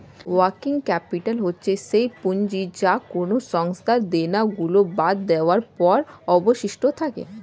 working capital হচ্ছে সেই পুঁজি যা কোনো সংস্থার দেনা গুলো বাদ দেওয়ার পরে অবশিষ্ট থাকে